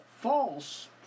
false